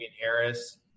Harris